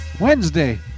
Wednesday